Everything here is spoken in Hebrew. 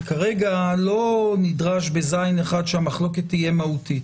כרגע לא נדרש ב-(ז)(1) שהמחלוקת תהיה מהותית.